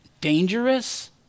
dangerous